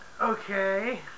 Okay